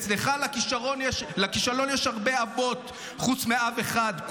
אצלך לכישלון יש הרבה אבות חוץ מאב אחד,